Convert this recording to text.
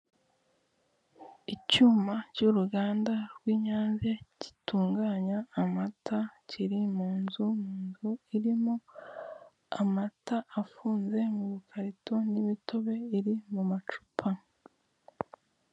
Icyuma cy'uruganda rw'inyange gitunganya amata kiri mu nzu, mu nzu irimo amata afunze mu bukarito n'imitobe iri mu macupa.